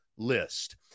List